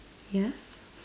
yes